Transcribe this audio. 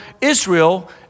Israel